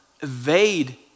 evade